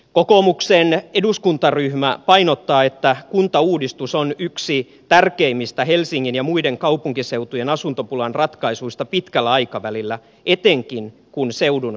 kokoomuksen eduskuntaryhmä painottaa että kuntauudistus on yksi tärkeimmistä helsingin ja muiden kaupunkiseutujen asuntopulan ratkaisuista pitkällä aikavälillä etenkin kun seudun väestö kasvaa